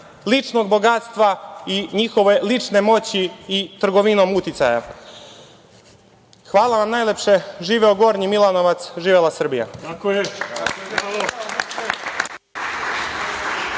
ličnog bogatstva i njihove lične moći i trgovinom uticaja. Hvala vam najlepše. Živeo Gornji Milanovac, živela Srbija!